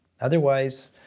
otherwise